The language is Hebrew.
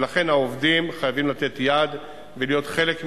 ולכן העובדים חייבים לתת יד ולהיות חלק מזה.